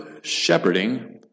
shepherding